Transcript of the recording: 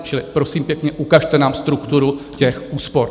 Čili prosím pěkně, ukažte nám strukturu těch úspor.